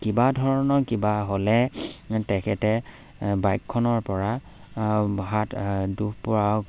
কিবা ধৰণৰ কিবা হ'লে তেখেতে বাইকখনৰ পৰা হাত দুখ পোৱা